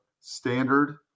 standard